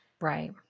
Right